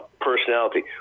personality